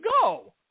go